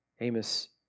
Amos